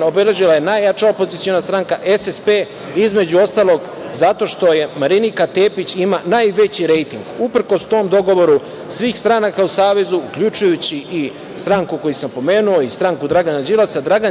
obeležila je najjača opoziciona stranka SSP, između ostalog zato što Marinika Tepić ima najveći rejting. Uprkos tom dogovoru svih stranaka u savezu, uključujući i stranku koju sam pomenuo i stranku Dragana Đilasa. Dragan